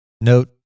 Note